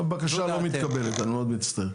הבקשה לא מתקבלת, אני מאוד מצטער.